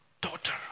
daughter